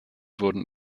wurden